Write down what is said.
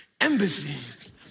embassies